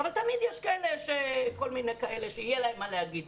תמיד יש גם אחרים שיהיה להם מה להגיד.